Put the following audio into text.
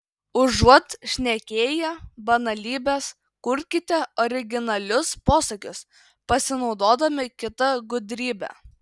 užuot šnekėję banalybes kurkite originalius posakius pasinaudodami kita gudrybe